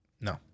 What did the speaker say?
No